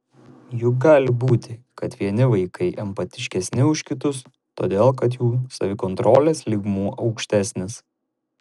juk gali būti kad vieni vaikai empatiškesni už kitus todėl kad jų savikontrolės lygmuo aukštesnis